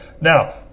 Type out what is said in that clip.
now